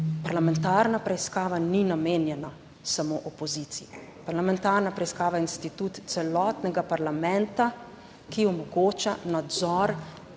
Parlamentarna preiskava ni namenjena samo opoziciji. Parlamentarna preiskava je institut celotnega parlamenta, ki omogoča nadzor,